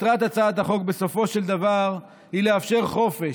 מטרת הצעת החוק בסופו של דבר היא לאפשר חופש,